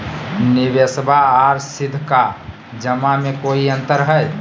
निबेसबा आर सीधका जमा मे कोइ अंतर हय?